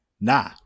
nah